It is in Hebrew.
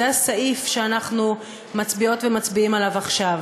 זה הסעיף שאנחנו מצביעות ומצביעים עליו עכשיו.